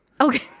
Okay